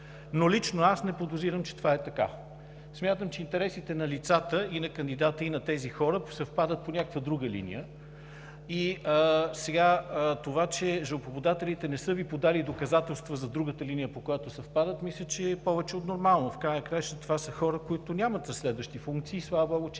но лично аз не подозирам, че това е така. Смятам, че интересите на лицата кандидати и на тези хора съвпадат по някаква друга линия. Това, че жалбоподателите не са Ви подали доказателства за другата линия, по която съвпадат, мисля, че е повече от нормално. В края на краищата това са хора, които нямат разследващи функции. Слава богу, че